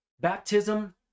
Baptism